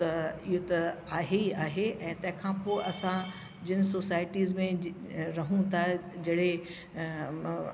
त इयो त आहे ई आहे ऐं तंहिंखां पोइ असां इन सोसाइटीसि में जिन रहूं था जहिड़े अ